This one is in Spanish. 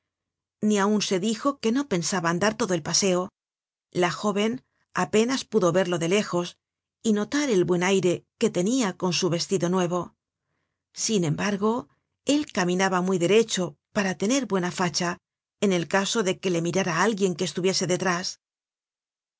ni aun se dijo que no pensaba andar todo el paseo la jóven apenas pudo verlo de lejos y notar el buen aire que tenia con su vestido nuevo sin embargo él caminaba muy derecho para tener buena facha en el caso de que le mirara alguien que estuviese detrás